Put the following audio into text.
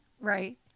Right